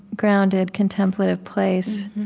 grounded, contemplative place.